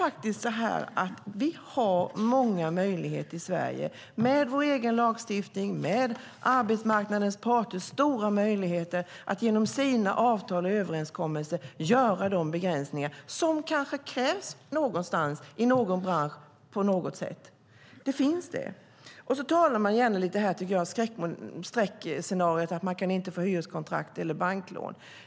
Vi har många möjligheter i Sverige med vår egen lagstiftning och arbetsmarknadens parter att genom avtal och överenskommelser göra de begränsningar som kanske krävs någonstans i någon bransch på något sätt. Man talar gärna om skräckscenarier. Man kan inte få hyreskontrakt eller banklån.